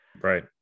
Right